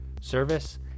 service